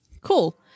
Cool